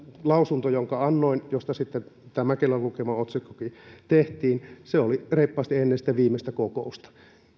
lausunto jonka annoin josta sitten tämä mäkelän lukema otsikkokin tehtiin oli reippaasti ennen sitä viimeistä kokousta